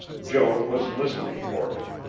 joan was listening for him,